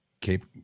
Cape